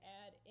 add